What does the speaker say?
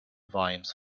volumes